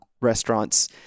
restaurants